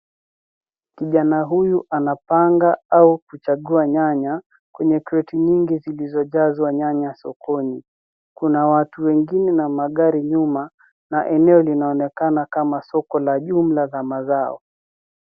Kijana huyu anapanga au kuchagua nyanya kwenye kreti nyingi zilizojazwa nyanya sokoni. Kuna watu wengine na magari nyuma na eneo linaonekana kama soko la jumla za mazao.